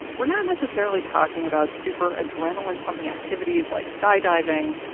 we're not necessarily talking about super adrenaline-pumping activities like skydiving.